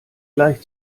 gleich